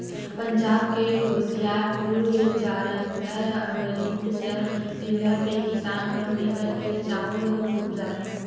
पंजाब के होसियारपुर, जालंधर, अमरितसर जिला के किसान मन बिकट के चाँउर उपजाथें